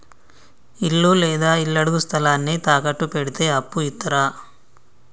ఇల్లు లేదా ఇళ్లడుగు స్థలాన్ని తాకట్టు పెడితే అప్పు ఇత్తరా?